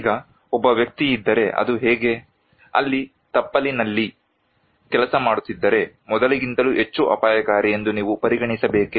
ಈಗ ಒಬ್ಬ ವ್ಯಕ್ತಿ ಇದ್ದರೆ ಅದು ಹೇಗೆ ಅಲ್ಲಿ ತಪ್ಪಲಿನಲ್ಲಿ ಕೆಲಸ ಮಾಡುತ್ತಿದ್ದರೆ ಮೊದಲಿಗಿಂತಲೂ ಹೆಚ್ಚು ಅಪಾಯಕಾರಿ ಎಂದು ನೀವು ಪರಿಗಣಿಸಬೇಕೇ